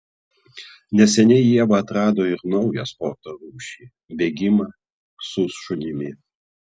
neseniai ieva atrado ir naują sporto rūšį bėgimą su šunimi